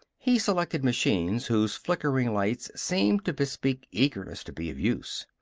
he selected machines whose flickering lights seemed to bespeak eagerness to be of use.